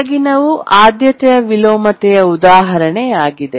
ಕೆಳಗಿನವು ಆದ್ಯತೆಯ ವಿಲೋಮತೆಯ ಉದಾಹರಣೆಯಾಗಿದೆ